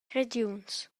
regiuns